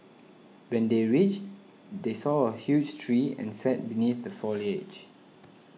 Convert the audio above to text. when they reached they saw a huge tree and sat beneath the foliage